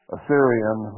Assyrian